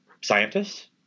scientists